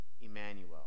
Emmanuel